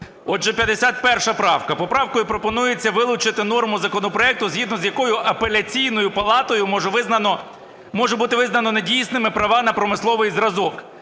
Отже, 51 правка. Поправкою пропонується вилучити норму законопроекту, згідно з якою Апеляційною палатою може бути визнано недійсними права на промисловий зразок.